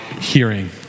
hearing